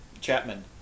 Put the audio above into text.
Chapman